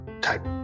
type